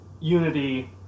Unity